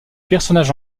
personnages